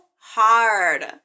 hard